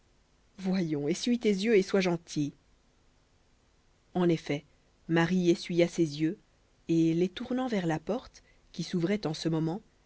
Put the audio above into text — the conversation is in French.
voyons essuie tes yeux et sois gentille en effet marie essuya ses yeux et les tournant vers la porte qui s'ouvrait en ce moment